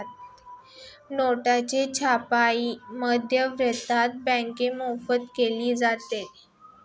नोटांची छपाई मध्यवर्ती बँकेमार्फत केली जाते